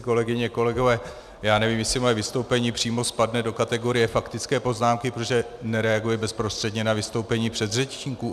Kolegyně, kolegové, já nevím, jestli moje vystoupení přímo spadne do kategorie faktické poznámky, protože nereaguje bezprostředně na vystoupení předřečníků.